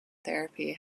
therapy